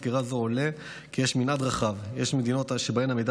מסקירה זו עולה כי יש מנעד רחב: יש מדינות שבהן המידע